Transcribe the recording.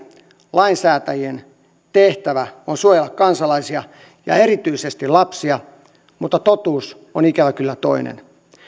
lainsäätäjien tehtävä on suojella kansalaisia ja erityisesti lapsia mutta totuus on ikävä kyllä toinen